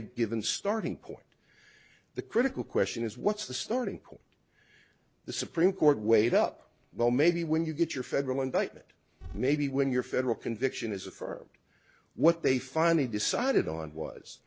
a given starting point the critical question is what's the starting point the supreme court weighed up well maybe when you get your federal indictment maybe when your federal conviction is affirmed what they finally decided on was